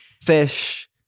fish